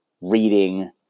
reading